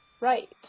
right